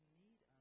need